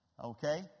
Okay